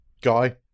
guy